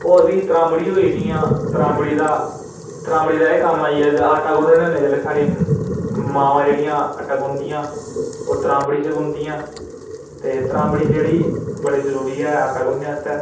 होर भी त्राम्बड़ी होई जि'यां त्राम्बड़ी दा त्राम्बड़ी दा एह् कम्म आई गेआ जे आट्टा गुन्नने होन्ने जेल्लै साढ़ी मावां जेह्ड़ियां आट्टा गुन्नदियां ओह् त्राम्बड़ी च गुन्नदियां ते त्राम्बड़ी जेह्ड़ी बड़ी जरूरी ऐ आट्टा गुन्नने आस्तै